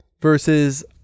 versus